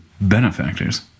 benefactors